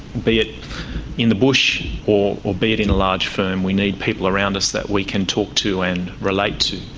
be it in the bush, or or be it in a large firm, we need people around us that we can talk to and relate to.